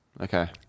okay